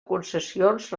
concessions